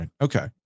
Okay